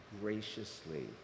graciously